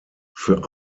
für